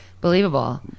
believable